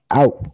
out